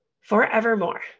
Forevermore